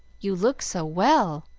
you look so well,